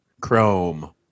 chrome